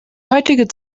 heutige